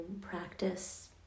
practice